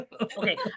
Okay